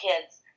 kids